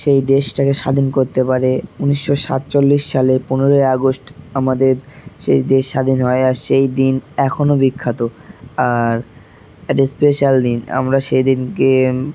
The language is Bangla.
সেই দেশটাকে স্বাধীন করতে পারে উনিশশো সাতচল্লিশ সালে পনেরোই আগস্ট আমাদের সেই দেশ স্বাধীন হয় আর সেই দিন এখনও বিখ্যাত আর এ্যাট এ স্পেশাল দিন আমরা সেই দিনকে